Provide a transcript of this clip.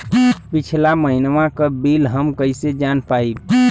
पिछला महिनवा क बिल हम कईसे जान पाइब?